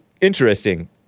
interesting